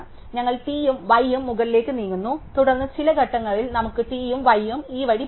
ഞങ്ങൾ t യും y ഉം മുകളിലേക്ക് നീങ്ങുന്നു തുടർന്ന് ചില ഘട്ടങ്ങളിൽ നമുക്ക് t ഉം y ഉം ഈ വഴി പോകും